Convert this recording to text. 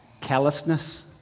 callousness